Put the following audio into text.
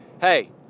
hey